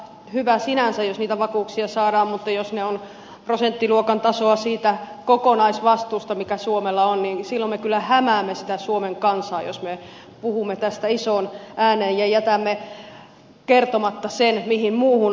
hyvä sinänsä jos niitä vakuuksia saadaan mutta jos ne ovat prosenttiluokan tasoa siitä kokonaisvastuusta mikä suomella on niin silloin me kyllä hämäämme suomen kansaa jos me puhumme tästä isoon ääneen ja jätämme kertomatta sen mihin muuhun on sitouduttu